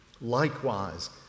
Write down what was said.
Likewise